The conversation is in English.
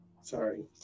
Sorry